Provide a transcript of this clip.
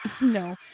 no